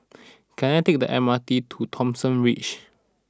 can I take the M R T to Thomson Ridge